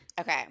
okay